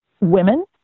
women